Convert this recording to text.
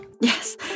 Yes